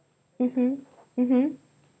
mmhmm mmhmm